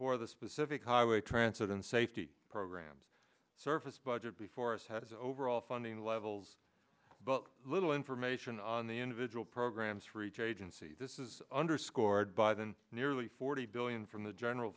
for the specific highway transit and safety programs service budget before us has overall funding levels but little information on the individual programs for each agency this is underscored by than nearly forty billion from the general